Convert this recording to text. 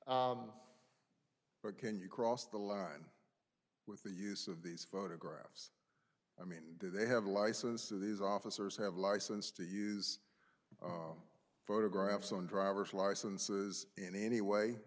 but can you cross the line with the use of these photographs i mean do they have a license of these officers have license to use photographs on driver's licenses in any